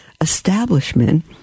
Establishment